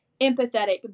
empathetic